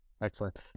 Excellent